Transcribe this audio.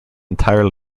entire